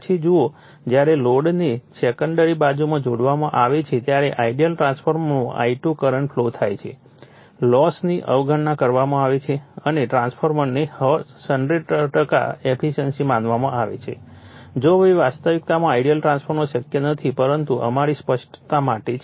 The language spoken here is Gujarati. પછી જુઓ જ્યારે લોડને સેકન્ડરી વાઇન્ડિંગમાં જોડવામાં આવે છે ત્યારે આઇડીઅલ ટ્રાન્સફોર્મરમાં I2 કરંટ ફ્લો થાય છે લોસની અવગણના કરવામાં આવે છે અને ટ્રાન્સફોર્મરને 100 ટકા એફિશિયન્ટ માનવામાં આવે છે જો કે વાસ્તવિકતામાં આઇડીઅલ ટ્રાન્સફોર્મર શક્ય નથી પરંતુ અમારી સ્પષ્ટતા માટે છે